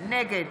נגד